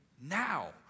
now